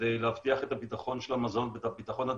כדי להבטיח את הביטחון של המזון ואת הביטחון התזונתי.